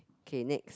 k next